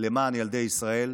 למען ילדי ישראל,